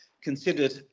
considered